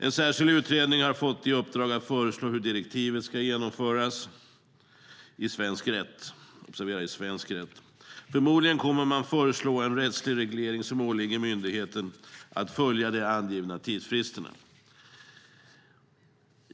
En särskild utredning har fått i uppdrag att föreslå hur direktivet ska genomföras i svensk rätt - observera i svensk rätt. Förmodligen kommer man att föreslå en rättslig reglering som ålägger myndigheten att följa de angivna tidsfristerna.